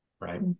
right